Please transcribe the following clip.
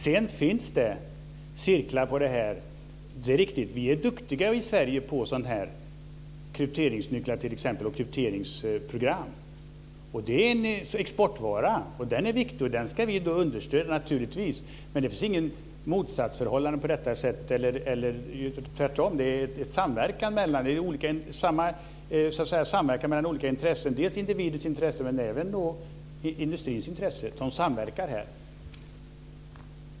Sedan finns det cirklar i det här, det är riktigt. Vi är duktiga på sådant här i Sverige, t.ex. krypteringsnycklar och krypteringsprogram. Det är en exportvara. Den är viktig. Den ska vi naturligtvis understödja. Men det finns inget motsatsförhållande. Det är tvärtom en samverkan mellan olika intressen. Dels är det individens intressen, dels är det industrins intressen som samverkar här.